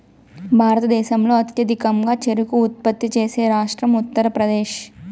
భారతదేశంలో అత్యధికంగా చెరకు ఉత్పత్తి చేసే రాష్ట్రం ఉత్తరప్రదేశ్